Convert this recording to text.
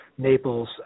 Naples